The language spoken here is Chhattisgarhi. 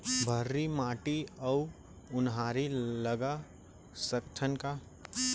भर्री माटी म उनहारी लगा सकथन का?